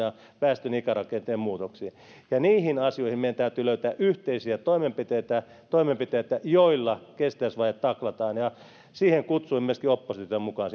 ja väestön ikärakenteen muutoksiin niihin asioihin meidän täytyy löytää yhteisiä toimenpiteitä toimenpiteitä joilla kestävyysvaje taklataan ja siihen työhön kutsuin myöskin opposition mukaan